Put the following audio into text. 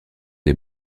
des